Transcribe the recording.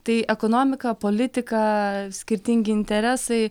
tai ekonomika politika skirtingi interesai